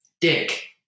dick